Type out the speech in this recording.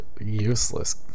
useless